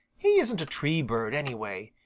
he isn't a tree bird, anyway.